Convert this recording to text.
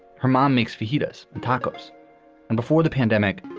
her mom makes fajitas and tacos and before the pandemic,